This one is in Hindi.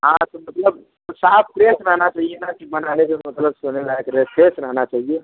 हाँ तो मतलब साफ फ्रेश रहना चहिए न कि बनाने का मतलब सोने लायक रहे फ्रेश रहना चाहिए